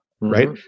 right